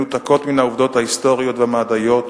מנותקות מן העובדות ההיסטוריות והמדעיות